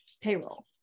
payroll